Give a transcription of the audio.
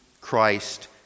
Christ